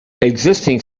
existing